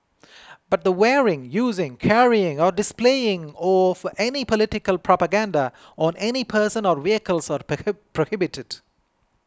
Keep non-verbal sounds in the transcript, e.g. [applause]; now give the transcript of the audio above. but the wearing using carrying or displaying of any political propaganda on any person or vehicles are [unintelligible] prohibited